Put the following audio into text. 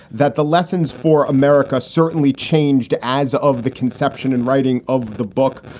that the lessons for america certainly changed as of the conception and writing of the book.